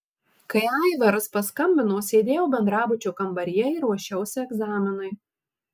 kai aivaras paskambino sėdėjau bendrabučio kambaryje ir ruošiausi egzaminui